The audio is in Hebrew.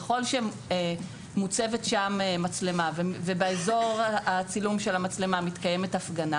ככל שמוצבת שם מצלמה ובאזור הצילום של המצלמה מתקיימת הפגנה